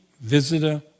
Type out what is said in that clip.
visitor